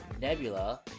Nebula